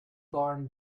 barn